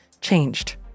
changed